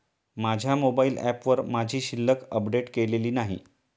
माझ्या मोबाइल ऍपवर माझी शिल्लक अपडेट केलेली नाही